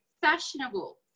fashionable